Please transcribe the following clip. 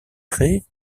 créés